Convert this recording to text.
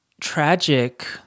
tragic